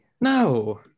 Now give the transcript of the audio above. No